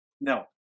no